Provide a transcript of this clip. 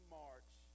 march